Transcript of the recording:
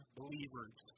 believers